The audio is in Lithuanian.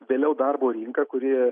vėliau darbo rinka kuri